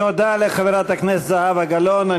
תודה לחברת הכנסת זהבה גלאון.